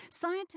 scientists